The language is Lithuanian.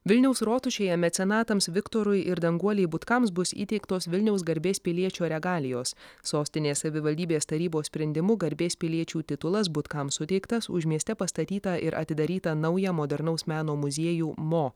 vilniaus rotušėje mecenatams viktorui ir danguolei butkams bus įteiktos vilniaus garbės piliečio regalijos sostinės savivaldybės tarybos sprendimu garbės piliečio titulas butkams suteiktas už mieste pastatytą ir atidarytą naują modernaus meno muziejų mo